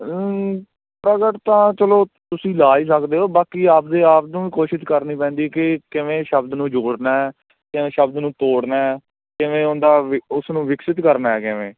ਪ੍ਰਗਟ ਤਾਂ ਚਲੋ ਤੁਸੀਂ ਲਾ ਹੀ ਸਕਦੇ ਹੋ ਬਾਕੀ ਆਪਣੇ ਆਪ ਨੂੰ ਵੀ ਕੋਸ਼ਿਸ਼ ਕਰਨੀ ਪੈਂਦੀ ਕਿ ਕਿਵੇਂ ਸ਼ਬਦ ਨੂੰ ਜੋੜਨਾ ਕਿਵੇਂ ਸ਼ਬਦ ਨੂੰ ਤੋੜਨਾ ਕਿਵੇਂ ਹੁੰਦਾ ਵਿ ਉਸ ਨੂੰ ਵਿਕਸਿਤ ਕਰਨਾ ਕਿਵੇਂ